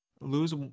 lose